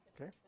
okay